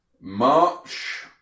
March